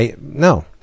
No